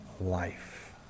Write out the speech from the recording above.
life